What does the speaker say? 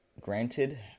granted